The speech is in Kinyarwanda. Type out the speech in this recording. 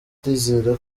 ndizera